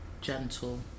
gentle